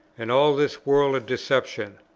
and all this world a deception,